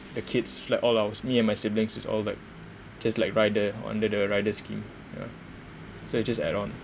the kids me and my siblings is all like just like rider under the rider scheme yeah so you just add on